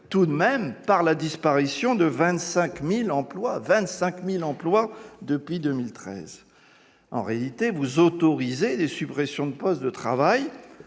automobile, par la disparition de 25 000 emplois depuis 2013 ! En réalité, vous autorisez des suppressions de postes de travail